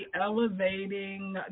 elevating